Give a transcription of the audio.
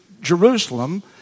Jerusalem